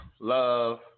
love